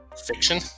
fiction